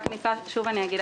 שוב אני אגיד.